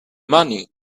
money